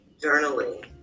journaling